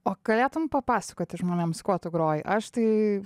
o galėtum papasakoti žmonėms kuo tu groji aš tai